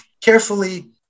carefully